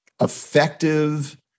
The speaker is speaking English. effective